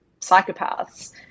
psychopaths